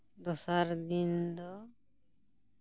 ᱫᱚᱥᱟᱨ ᱫᱤᱱ ᱫᱚ